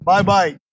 Bye-bye